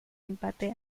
empate